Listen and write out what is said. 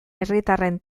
herritarren